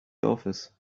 office